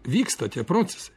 vyksta tie procesai